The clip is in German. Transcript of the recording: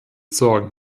sorgen